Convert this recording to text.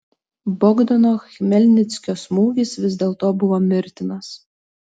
bogdano chmelnickio smūgis vis dėlto buvo mirtinas